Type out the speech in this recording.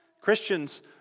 Christians